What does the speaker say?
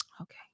Okay